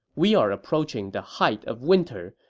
we are approaching the height of winter,